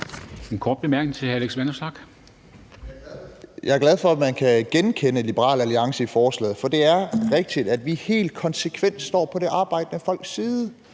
Vanopslagh. Kl. 13:04 Alex Vanopslagh (LA): Jeg er glad for, at man kan genkende Liberal Alliance i forslaget, for det er rigtigt, at vi helt konsekvent står på det arbejdende folks side,